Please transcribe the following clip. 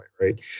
right